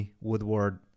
Woodward